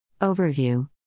overview